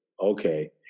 okay